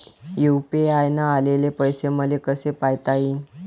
UPI न आलेले पैसे मले कसे पायता येईन?